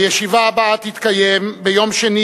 הישיבה הבאה תתקיים ביום